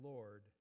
Lord